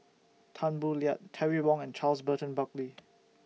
Tan Boo Liat Terry Wong and Charles Burton Buckley